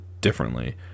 differently